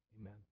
Amen